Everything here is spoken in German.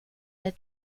der